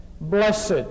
Blessed